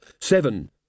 Seven